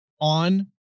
on